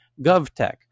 GovTech